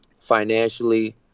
financially